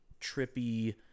trippy